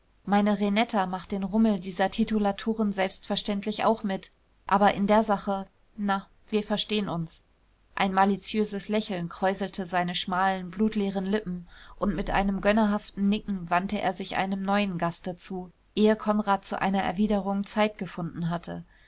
meine renetta macht den rummel dieser titulaturen selbstverständlich auch mit aber in der sache na wir verstehen uns ein malitiöses lächeln kräuselte seine schmalen blutleeren lippen und mit einem gönnerhaften nicken wandte er sich einem neuen gaste zu ehe konrad zu einer erwiderung zeit gefunden hatte